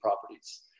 properties